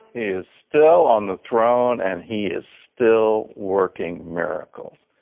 is still on the throne and he is still working miracles.